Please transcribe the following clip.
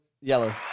Yellow